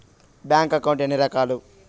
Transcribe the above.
bank account ఎన్ని రకాలు